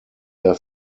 der